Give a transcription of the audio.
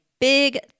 big